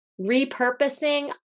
repurposing